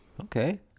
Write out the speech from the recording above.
okay